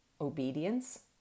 Obedience